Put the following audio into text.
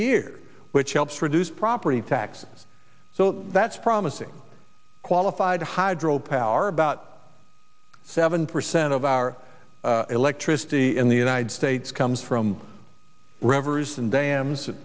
year which helps reduce property taxes so that's promising qualified hydropower about seven percent of our electricity in the united states comes from rivers and dam